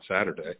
Saturday